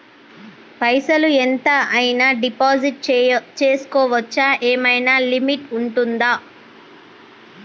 పైసల్ ఎంత అయినా డిపాజిట్ చేస్కోవచ్చా? ఏమైనా లిమిట్ ఉంటదా?